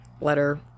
letter